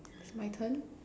it's my turn